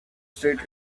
straight